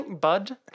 Bud